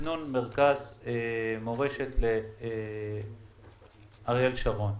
תכנון מרכז מורשת אריאל שרון.